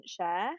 share